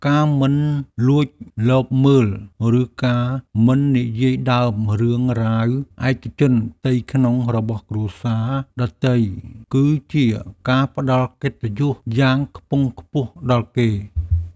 ការមិនលួចលបមើលឬការមិននិយាយដើមរឿងរ៉ាវឯកជនផ្ទៃក្នុងរបស់គ្រួសារដទៃ គឺជាការផ្តល់កិត្តិយសយ៉ាងខ្ពង់ខ្ពស់ដល់គេ។